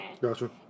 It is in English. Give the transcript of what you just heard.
Gotcha